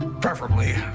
preferably